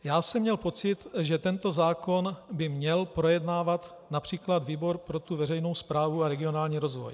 Já jsem měl pocit, že tento zákon by měl projednávat například výbor pro veřejnou správu a regionální rozvoj.